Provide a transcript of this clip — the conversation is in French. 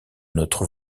notre